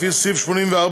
לפי סעיף 84(ב)